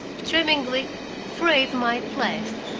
tremblingly prayed might last,